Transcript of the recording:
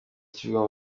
kivugwa